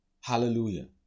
Hallelujah